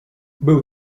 był